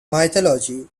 mythology